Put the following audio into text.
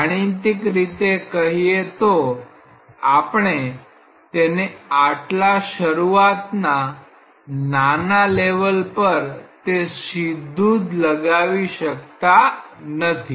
ગાણિતિક રીતે કહીએ તો આપણે તેને આટલા શરૂઆત ના નાના લેવલ પર તે સીધું લગાવી શકતા નથી